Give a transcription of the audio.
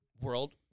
world